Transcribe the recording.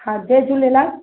हा जय झूलेलाल